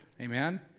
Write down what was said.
Amen